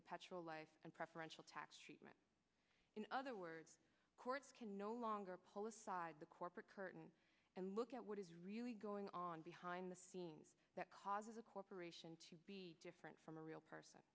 perpetual life and preferential treatment in other words the court can no longer pull aside the corporate curtain and look at what is really going on behind the scenes that causes a corporation to be different from a real person